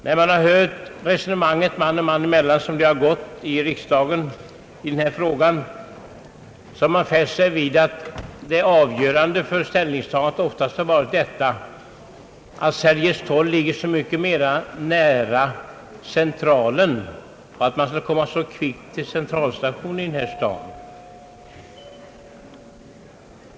När man har hört diskussionerna man och man emellan i riksdagshuset har man fäst sig vid att det avgörande för ställningstagandet oftast har varit, att Sergels torg ligger så mycket närmare Centralstationen.